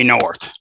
North